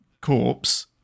corpse